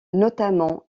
notamment